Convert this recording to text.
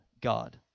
God